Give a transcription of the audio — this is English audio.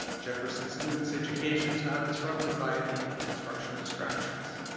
jefferson students' education is not disrupted by the construction distractions.